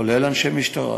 כולל אנשי משטרה.